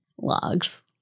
Logs